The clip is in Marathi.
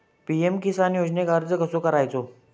पी.एम किसान योजनेक अर्ज कसो करायचो?